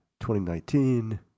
2019